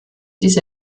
diese